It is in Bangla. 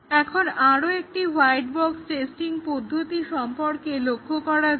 এখন আরো একটি হোয়াইট বক্স টেস্টিং পদ্ধতি সম্পর্কে লক্ষ্য করা যাক